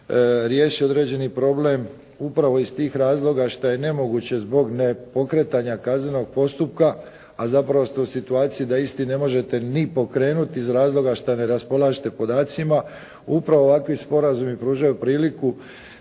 riješi određeni problem upravo iz tih razloga što je nemoguće zbog ne pokretanja kaznenog postupka, a zapravo ste u situaciji da isti ne možete ni pokrenuti iz razloga što ne raspolažete podacima, upravno ovakvi sporazumi pružaju priliku